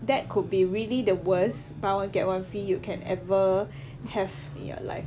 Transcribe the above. that could be really the worst buy one get one free you can ever have in your life